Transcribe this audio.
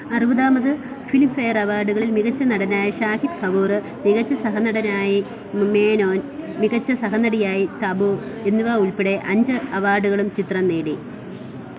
അറുപതാമത് Filmfare അവാർഡുകളിൽ മികച്ച നടനായി ഷാഹിദ് കപൂർ മികച്ച സഹനടനായി മേനോൻ മികച്ച സഹനടിയായി തബു എന്നിവ ഉൾപ്പെടെ അഞ്ച് അവാർഡുകളും ചിത്രം നേടി